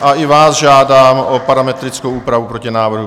A i vás žádám o parametrickou úpravu protinávrhu.